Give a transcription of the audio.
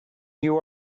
you